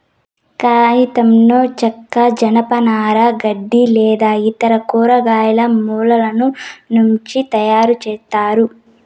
కాగితంను చెక్క, జనపనార, గడ్డి లేదా ఇతర కూరగాయల మూలాల నుంచి తయారుచేస్తారు